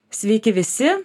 sveiki visi